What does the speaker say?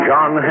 John